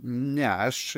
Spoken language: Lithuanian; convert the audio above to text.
ne aš